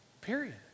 Period